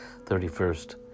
31st